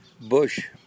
bush